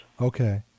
Okay